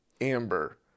amber